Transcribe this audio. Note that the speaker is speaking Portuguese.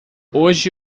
hoje